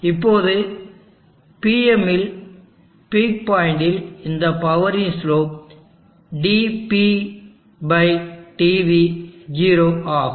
இப்போது Pm இல் peak பாயிண்டில் இந்த பவரின் ஸ்லோப் dp dv 0 ஆகும்